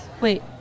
Wait